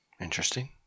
Interesting